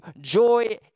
joy